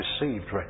received